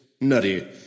nutty